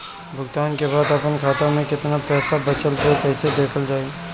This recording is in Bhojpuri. भुगतान के बाद आपन खाता में केतना पैसा बचल ब कइसे देखल जाइ?